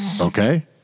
Okay